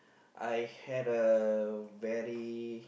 I had a very